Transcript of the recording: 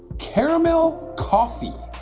caramel coffee